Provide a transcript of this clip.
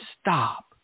stop